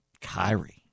Kyrie